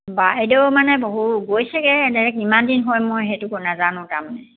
বাইদেউ মানে বহু গৈছেগৈ নে কিমান দিন হয় মই সেইটো নাজানো তাৰমানে